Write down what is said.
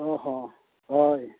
ᱚ ᱦᱚᱸ ᱦᱳᱭ